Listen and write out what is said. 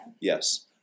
Yes